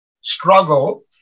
struggle